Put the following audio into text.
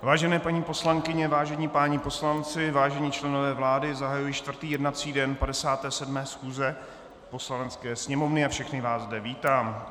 Vážené paní poslankyně, vážení páni poslanci, vážení členové vlády, zahajuji čtvrtý jednací den 57. schůze Poslanecké sněmovny a všechny vás zde vítám.